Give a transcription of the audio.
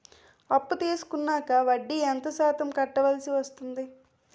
అప్పు తీసుకున్నాక వడ్డీ ఎంత శాతం కట్టవల్సి వస్తుంది?